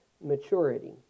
maturity